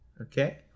Okay